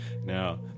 Now